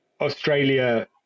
Australia